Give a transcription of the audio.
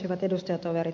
hyvät edustajatoverit